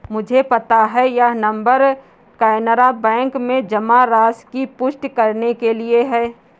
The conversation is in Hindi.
मुझे पता है यह नंबर कैनरा बैंक में जमा राशि की पुष्टि करने के लिए है